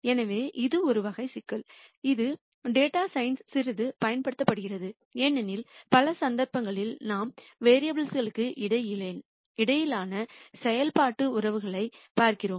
எனவே இது ஒரு வகை சிக்கல் இது டேட்டா சயின்ஸ்ல் சிறிது பயன்படுத்தப்படுகிறது ஏனெனில் பல சந்தர்ப்பங்களில் நாம் வேரியபுல் களுக்கு இடையிலான செயல்பாட்டு உறவுகளைப் பார்க்கிறோம்